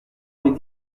avec